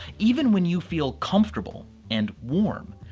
even when you feel comfortable and warm,